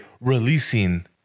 releasing